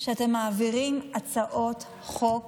מעבירה הצעות חוק